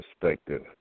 perspective